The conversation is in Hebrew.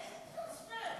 איזה טרנספר?